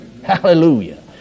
Hallelujah